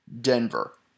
Denver